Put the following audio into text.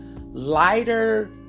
Lighter